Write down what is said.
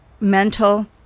mental